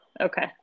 Okay